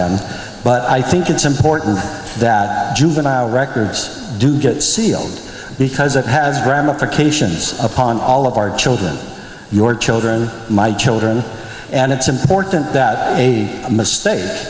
but i think it's important that juvenile records do get sealed because it has ramifications upon all of our children your children my children and it's important that a mistake